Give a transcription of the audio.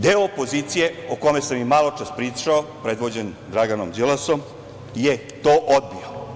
Deo opozicije, o kome sam i maločas pričao, predvođen Draganom Đilasom je to odbio.